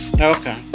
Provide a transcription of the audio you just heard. Okay